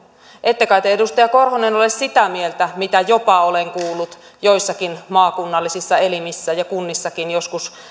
ette kai te edustaja korhonen ole sitä mieltä mitä jopa olen kuullut joissakin maakunnallisissa elimissä ja kunnissakin joskus